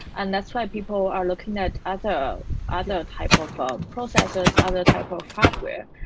and that's why people are looking at other other type of um processor, so other type of hardware.